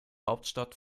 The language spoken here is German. hauptstadt